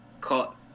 caught